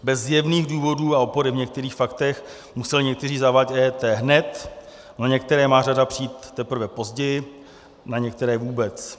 Bez zjevných důvodů a opory v některých faktech museli někteří zavádět EET hned, na některé má řada přijít teprve později, na některé vůbec.